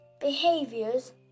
behaviors